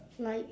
like